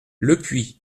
lepuix